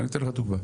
אני אתן לך דוגמה.